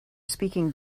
speaking